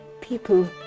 people